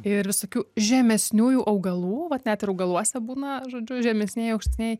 ir visokių žemesniųjų augalų vat net ir augaluose būna žodžiu žemesnieji aukštieji